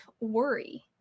worry